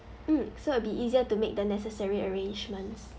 mm so it'll be easier to make the necessary arrangements